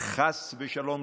חס ושלום,